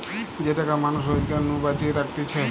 যে টাকা মানুষ রোজগার নু বাঁচিয়ে রাখতিছে